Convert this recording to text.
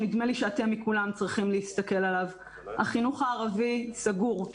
שנדמה לי שאתם מכולם צריכים להסתכל עליו: החינוך הערבי סגור.